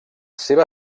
seva